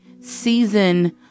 season